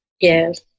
Yes